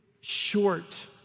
short